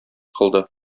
кылды